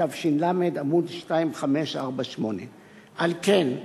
התש"ל, עמ' 2548. על כן,